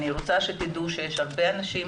אני רוצה שתדעו שיש הרבה אנשים